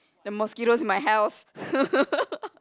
the mosquitoes in my house